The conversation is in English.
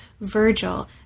Virgil